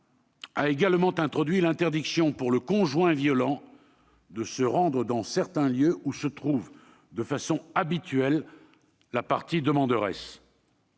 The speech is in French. a également introduit l'interdiction pour le conjoint violent de se rendre dans certains lieux où se trouve de façon habituelle la partie demanderesse